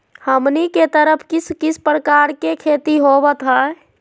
हमनी के तरफ किस किस प्रकार के खेती होवत है?